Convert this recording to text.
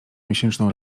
miesięczną